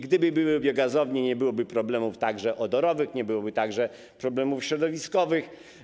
Gdyby były biogazownie, nie byłoby także problemów odorowych, nie byłoby także problemów środowiskowych.